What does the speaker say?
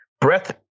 Breath